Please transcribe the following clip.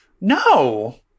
No